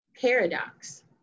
paradox